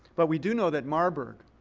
but we do know that marburg,